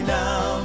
now